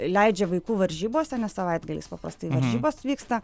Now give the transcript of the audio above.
leidžia vaikų varžybose nes savaitgaliais paprastai varžybos vyksta